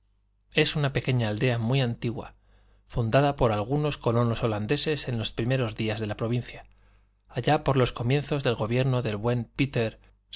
es una pequeña aldea muy antigua fundada por algunos colonos holandeses en los primeros días de la provincia allá por los comienzos del gobierno del buen péter